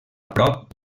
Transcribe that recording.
prop